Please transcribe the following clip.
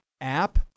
app